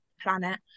planet